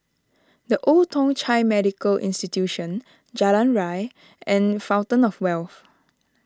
the Old Thong Chai Medical Institution Jalan Ria and Fountain of Wealth